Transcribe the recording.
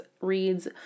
reads